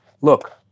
Look